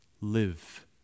live